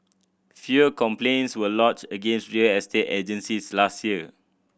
fewer complaints were lodged against real estate agencies last year